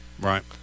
Right